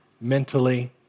mentally